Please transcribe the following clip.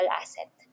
asset